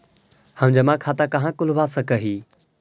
हम जमा खाता कहाँ खुलवा सक ही?